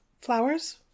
flowers